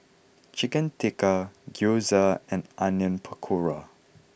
Chicken Tikka Gyoza and Onion Pakora